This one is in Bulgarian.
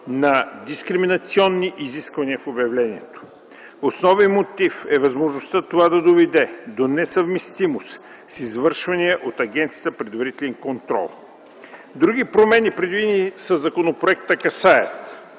на дискриминационни изисквания в обявлението. Основен мотив е възможността това да доведе до несъвместимост с извършвания от агенцията предварителен контрол. Други промени, предвидени със законопроекта,